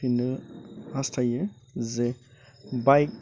फिननो हास्थायो जे बाइक